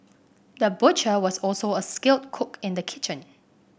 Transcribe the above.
the butcher was also a skilled cook in the kitchen